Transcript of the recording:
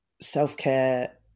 Self-care